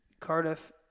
Cardiff